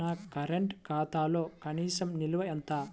నా కరెంట్ ఖాతాలో కనీస నిల్వ ఎంత?